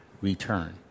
return